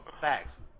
Facts